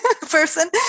Person